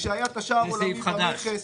כשהיה את השער העולמי במכס,